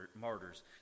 Martyrs